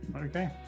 Okay